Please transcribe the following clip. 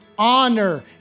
honor